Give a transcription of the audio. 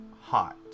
hot